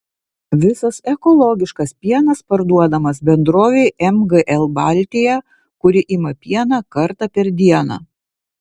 visas ekologiškas pienas parduodamas bendrovei mgl baltija kuri ima pieną kartą per dieną